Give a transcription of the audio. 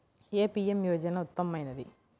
ఏ PM యోజన ఉత్తమమైనది?